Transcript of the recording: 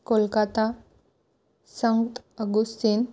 Kolkata Saint Augustine